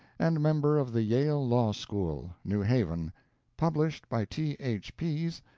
and member of the yale law school. new haven published by t. h. pease,